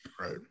Right